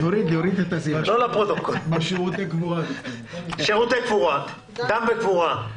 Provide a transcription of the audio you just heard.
שירותי קבורה, דת וקבורה.